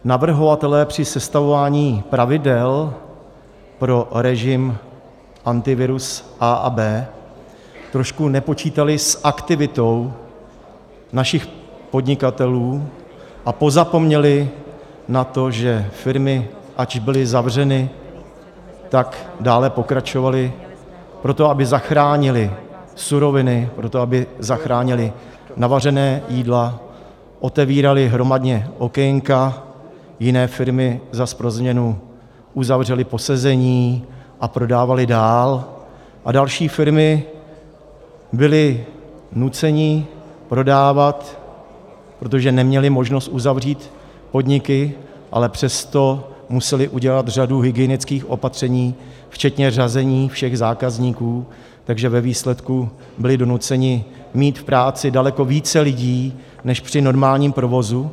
Navrhovatelé při sestavování pravidel pro režim Antivirus A a B nepočítali s aktivitou našich podnikatelů a pozapomněli na to, že firmy, ač byly zavřeny, tak dále pokračovaly proto, aby zachránily suroviny, aby zachránily navařená jídla, otevíraly hromadně okénka, jiné firmy zas pro změnu uzavřely posezení a prodávaly dál a další firmy byly nucené prodávat, protože neměly možnost uzavřít podniky, ale přesto musely udělat řadu hygienických opatření včetně řazení všech zákazníků, takže ve výsledku byly donuceny mít k práci daleko více lidí než při normálním provozu.